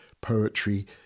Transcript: poetry